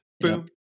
Boom